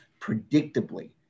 predictably